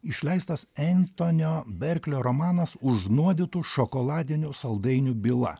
išleistas entonio berklio romanas užnuodytų šokoladinių saldainių byla